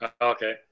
Okay